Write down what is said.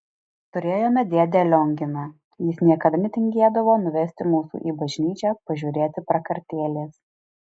turėjome dėdę lionginą jis niekada netingėdavo nuvesti mūsų į bažnyčią pažiūrėti prakartėlės